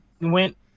went